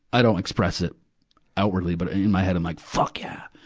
i don't express it outwardly, but in my head i'm like fuck yeah!